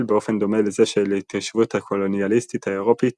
באופן דומה לזה של ההתיישבות הקולוניאליסטית האירופית